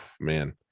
man